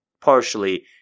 partially